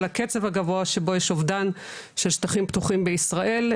הקצב הגבוה שבו יש אובדן של שטחים פתוחים בישראל.